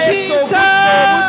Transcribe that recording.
Jesus